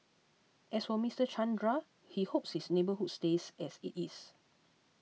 as for Mister Chandra he hopes his neighbourhood stays as it is